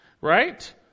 right